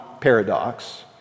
paradox